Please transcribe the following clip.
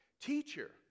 Teacher